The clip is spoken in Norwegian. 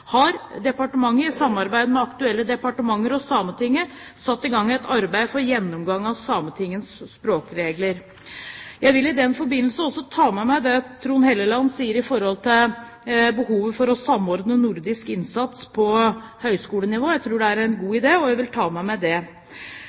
har departementet, i samarbeid med aktuelle departementer og Sametinget, satt i gang et arbeid med gjennomgang av samelovens språkregler. Jeg vil i den forbindelse også ta med meg det Trond Helleland sa om behovet for å samordne nordisk innsats på høyskolenivå. Jeg tror det er en god idé, og jeg vil ta med meg det.